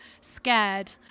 scared